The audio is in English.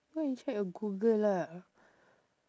go and check your google lah